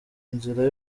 inzira